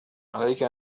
عليك